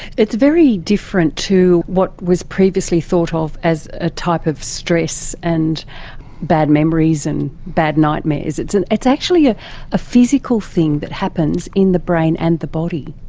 it's very different to what was previously thought of as a type of stress and bad memories and bad nightmares. it's and it's actually ah a physical thing that happens in the brain and the body.